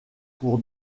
pour